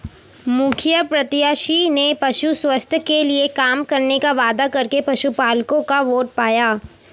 मुखिया प्रत्याशी ने पशु स्वास्थ्य के लिए काम करने का वादा करके पशुपलकों का वोट पाया